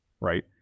right